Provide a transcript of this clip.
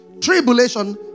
tribulation